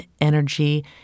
energy